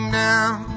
down